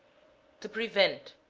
to prevent,